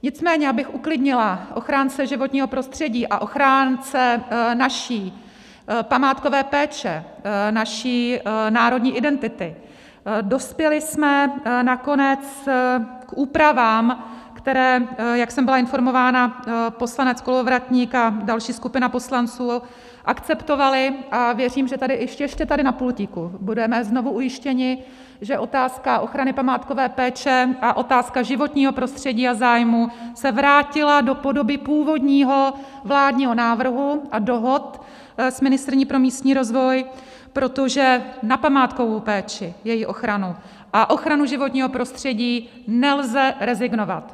Nicméně abych uklidnila ochránce životního prostředí a ochránce naší památkové péče, naší národní identity, dospěli jsme nakonec k úpravám, které, jak jsem byla informována, poslanec Kolovratník a další skupina poslanců akceptovali, a věřím, že ještě tady na pultíku budeme znovu ujištěni, že otázka ochrany památkové péče a otázka životního prostředí a zájmu se vrátila do podoby původního vládního návrhu a dohod s ministryní pro místní rozvoj, protože na památkovou péči, její ochranu a ochranu životního prostředí nelze rezignovat.